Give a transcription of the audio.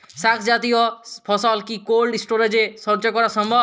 শাক জাতীয় ফসল কি কোল্ড স্টোরেজে সঞ্চয় করা সম্ভব?